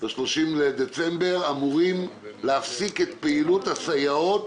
ב-30 בדצמבר, אמורים להפסיק את פעילות הסייעות